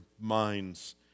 minds